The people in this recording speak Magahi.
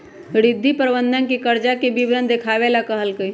रिद्धि प्रबंधक के कर्जा के विवरण देखावे ला कहलकई